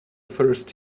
first